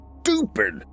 stupid